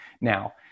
Now